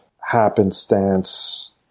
happenstance